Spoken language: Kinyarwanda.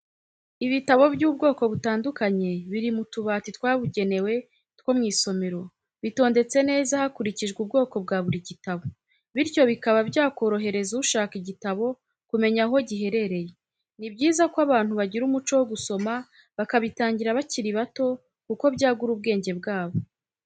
Ibitabo by'ubwoko butandukanye biri mu tubati twabugenewe two mu isomero, bitondetse neza hakurikijwe ubwoko bwa buri gitabo, bityo bikaba byakorohereza ushaka igitabo kumenya aho giherereye, ni byiza ko abantu bagira umuco wo gusoma bakabitangira bakiri bato kuko byagura ubwenge bwabo.